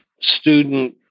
student